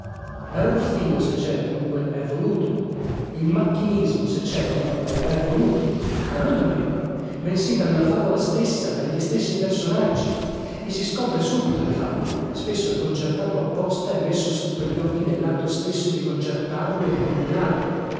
rotta larruffìo se cè dunque è voluto il macchinismo se cè dunque è voluto ma non da me bensì dalla favola stessa dagli stessi personaggi e si scopre subito difatti spesso è concertato apposta e messo sotto gli occhi nellatto stesso di concertarlo e di combinarlo